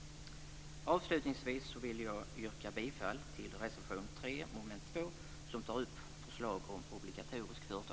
Avslutningsvis vill jag yrka bifall till reservation 3